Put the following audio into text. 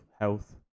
health